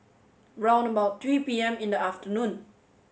round about three P M in the afternoon